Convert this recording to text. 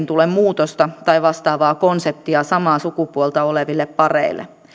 tule muutosta tai vastaavaa konseptia samaa sukupuolta oleville pareille